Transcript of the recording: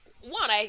one